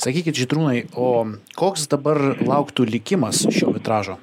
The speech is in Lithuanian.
sakykit žydrūnai o koks dabar lauktų likimas šio vitražo